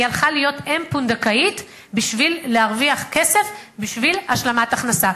היא הלכה להיות אם פונדקאית בשביל להרוויח כסף בשביל השלמת הכנסה.